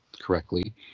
correctly